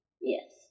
Yes